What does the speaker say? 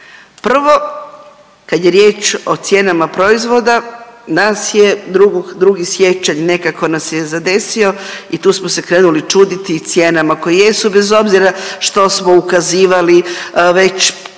Prvo, kad je riječ o cijenama proizvoda nas je 2. siječanj nekako nas je zadesio i tu smo se krenuli čuditi i cijenama koje jesu bez obzira što smo ukazivali već pola